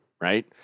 Right